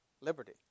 liberty